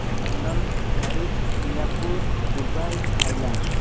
London Paris Singapore Dubai Thailand